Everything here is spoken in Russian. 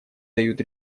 дают